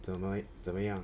怎么怎么样